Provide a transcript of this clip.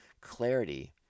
clarity